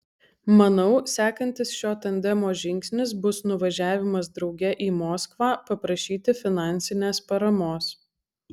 manau sekantis šio tandemo žingsnis bus nuvažiavimas drauge į moskvą paprašyti finansinės paramos